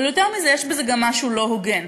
אבל יותר מזה, יש בזה גם משהו לא הוגן.